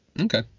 okay